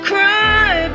Cry